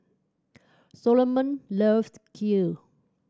Solomon loves Kheer